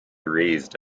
razed